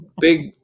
Big